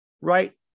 right